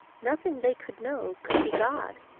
nothing they could know, could be god.